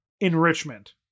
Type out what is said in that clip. enrichment